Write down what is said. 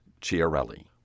Chiarelli